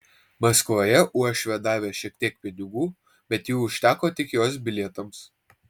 maskvoje uošvė davė šiek tiek pinigų bet jų užteko tik jos bilietams